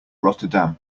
rotterdam